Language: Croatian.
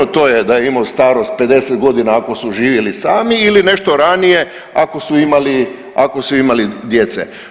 To je da je imao starost 50 godina ako su živjeli sami ili nešto ranije ako su imali djece.